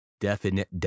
definite